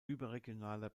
überregionaler